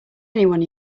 anyone